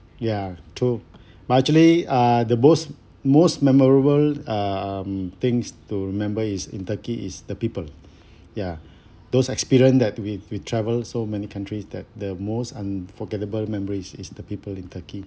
ya true but actually uh the most most memorable um things to remember is in turkey is the people ya those experience that we we traveled so many countries that the most unforgettable memories is the people in turkey